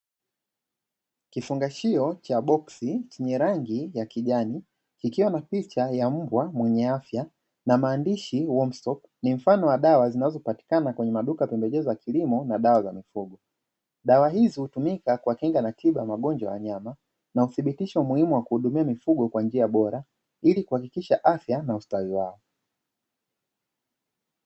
Kifungashio cha boksi chenye rangi ya kijani, ikiwa na picha ya mbwa mwenye afya na maandishi "wormstop". Ni mfano wa dawa zinazopatikana kwenye maduka ya pembejeo za kilimo na dawa za mifugo. Dawa hizo hutumika kwa kinga na tiba ya magonjwa ya wanyama na uthibitisho umuhimu wa kuhudumia mifugo kwa njia bora, ili kuhakikisha afya na ustawi wao.